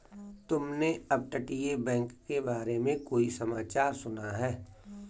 तुमने अपतटीय बैंक के बारे में कोई समाचार सुना है?